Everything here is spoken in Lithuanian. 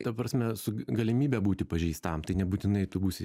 ta prasme su galimybe būti pažįstam tai nebūtinai tu būsi